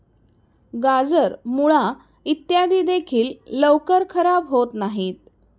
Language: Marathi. गाजर, मुळा इत्यादी देखील लवकर खराब होत नाहीत